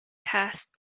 passed